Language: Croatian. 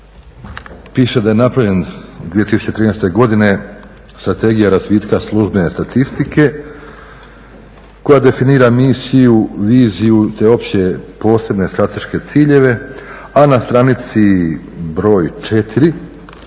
piše da je napravljen 2013. Strategija razvitka službene statistike koja definira misiju, viziju, te opće posebne strateške ciljeve, a na stranici broj 4